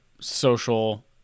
social